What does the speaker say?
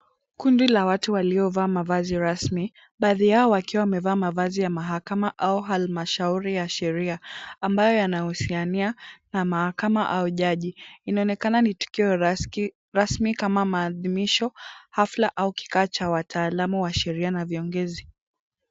Kundi la watu waliovaa mavazi rasmi. Baadhi yao wakiwa wamevaa mavazi ya mahakama au halmashauri ya sheria ambayo yanausiania na Mahakama au Jaji, inaonekana ni tukio rasmi kama maadhimisho hafla au kikao cha wataalamu wa sheria na viongozi.